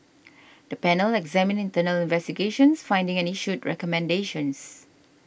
the panel examined internal investigations findings and issued recommendations